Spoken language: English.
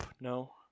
No